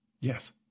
Yes